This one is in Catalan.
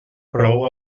prou